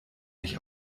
mich